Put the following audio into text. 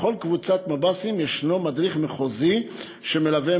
בכל קבוצת מב"סים ישנו מדריך מחוזי שמלווה,